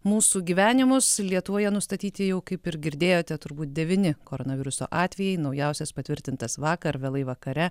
mūsų gyvenimus lietuvoje nustatyti jau kaip ir girdėjote turbūt devyni koronaviruso atvejai naujausias patvirtintas vakar vėlai vakare